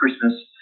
Christmas